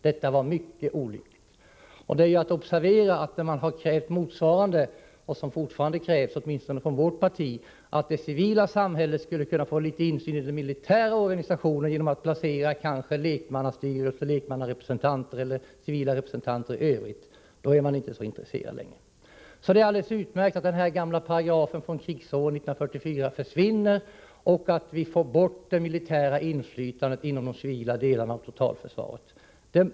Detta var mycket olyckligt. Det är att observera att man har krävt och fortfarande åtminstone från vårt parti kräver att det civila samhället skulle kunna få litet motsvarande insyn i den militära organisationen genom lekmannastyrelser, kanske inplacering av lekmannarepresentanter och civila representanter i övrigt, men att det då inte längre funnits så stort intresse. Det är alltså alldeles utmärkt att den gamla paragrafen från krigsåret 1944 försvinner och att vi får bort det militära inflytandet inom de civila delarna av totalförsvaret.